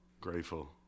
Grateful